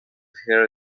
hear